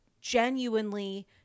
genuinely